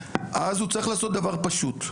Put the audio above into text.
אז הוא צריך לעשות דבר פשוט,